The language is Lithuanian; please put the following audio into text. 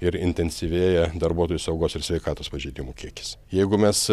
ir intensyvėja darbuotojų saugos ir sveikatos pažeidimų kiekis jeigu mes